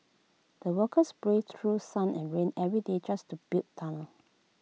the workers braved through sun and rain every day just to build tunnel